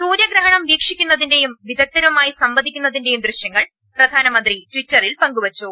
സൂര്യഗ്രഹണം വീക്ഷിക്കുന്നതിന്റെയും വിദഗ്ധരുമായി സംവ ദിക്കുന്നതിന്റെ ദൃശ്യങ്ങൾ പ്രധാനമന്ത്രി ടിറ്ററിൽ പങ്കുവെച്ചു